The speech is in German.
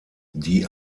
die